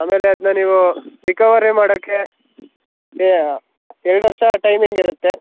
ಆಮೇಲೆ ಅದನ್ನ ನೀವು ರಿಕವರಿ ಮಾಡೋಕ್ಕೆ ಎರಡು ವರ್ಷ ಟೈಮಿಂಗ್ ಇರುತ್ತೆ